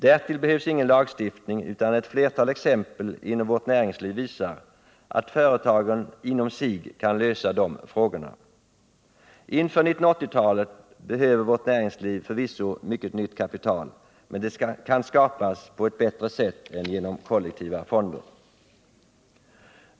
Därtill behövs ingen lagstiftning, utan ett flertal exempel inom vårt näringsliv visar att företagen inom sig kan lösa de frågorna. Inför 1980-talet behöver vårt näringsliv förvisso mycket nytt kapital, men det kan skapas på ett bättre sätt än genom kollektiva fonder.